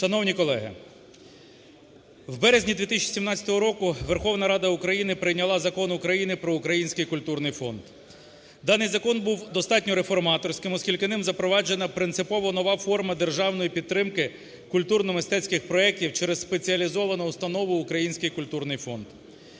Шановні колеги! В березні 2017 року Верховна Рада України прийняла Закон України "Про Український культурний фонд". Даний закон був достатньо реформаторським, оскільки ним запроваджена принципово нова форма державної підтримки культурно-мистецьких проектів через спеціалізовану установу – Український культурний фонд.